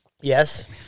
Yes